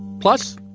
plus